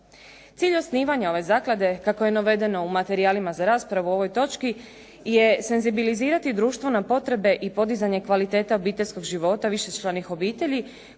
Cilj osnivanja ove zaklade kako je navedeno u materijalima za raspravu o ovoj točki je senzibilizirati društvene potrebe i podizanje kvaliteta obiteljskog života višečlanih obitelji